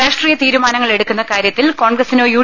രാഷ്ട്രീയ തീരുമാനങ്ങൾ എടുക്കുന്ന കാര്യത്തിൽ കോൺഗ്രസ്സിനോ യു